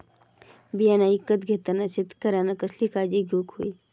बियाणा ईकत घेताना शेतकऱ्यानं कसली काळजी घेऊक होई?